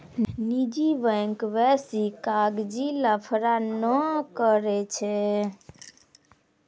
निजी बैंक बेसी कागजी लफड़ा नै करै छै